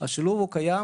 דובר פה על ביטוח לאומי,